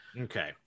Okay